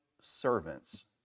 servants